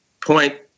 point